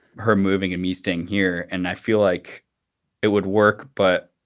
her moving and meeting here and i feel like it would work, but.